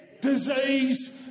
disease